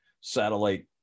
satellite